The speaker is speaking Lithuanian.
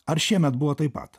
ar šiemet buvo taip pat